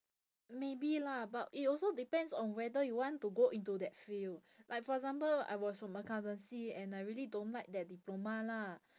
maybe lah but it also depends on whether you want to go into that field like for example I was from accountancy and I really don't like that diploma lah